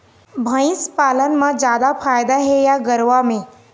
भंइस पालन म जादा फायदा हे या गरवा में?